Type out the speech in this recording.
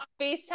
FaceTime